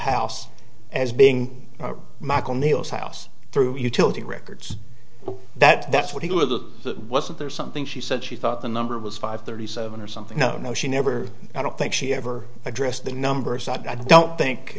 house as being michael kneels house through utility records that that's what you were the wasn't there something she said she thought the number was five thirty seven or something no no she never i don't think she ever addressed the numbers i don't think